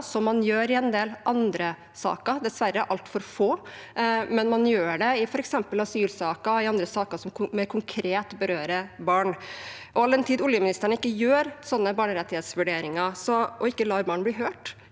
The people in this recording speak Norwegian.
man gjør i en del andre saker – dessverre altfor få. Man gjør det i f.eks. asylsaker og andre saker som mer konkret berører barn. All den tid oljeministeren ikke gjør slike barnerettighetsvurderinger og ikke lar barn bli hørt